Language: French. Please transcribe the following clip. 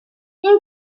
une